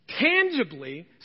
tangibly